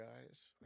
guys